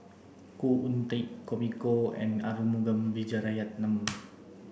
Khoo Oon Teik Tommy Koh and Arumugam Vijiaratnam